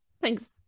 Thanks